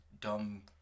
dumb